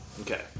Okay